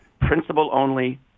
principal-only